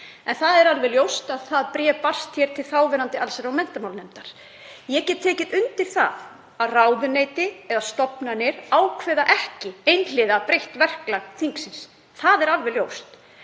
En það er alveg ljóst að það bréf barst til þáverandi allsherjar- og menntamálanefndar. Ég get tekið undir að ráðuneyti eða stofnanir ákveða ekki einhliða breytt verklag þingsins, það er alveg ljóst.